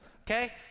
Okay